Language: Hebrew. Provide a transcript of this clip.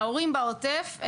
ההורים בעוטף,